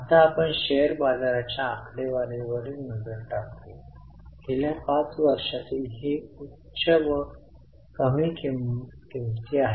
आता आपण शेअर बाजारा च्या आकडेवारीवर नजर टाकू या गेल्या 5 वर्षातील ही उच्च व कमी किंमती आहेत